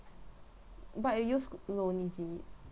but it use loan is it